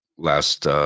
Last